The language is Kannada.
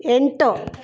ಎಂಟು